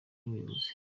n’ubuyobozi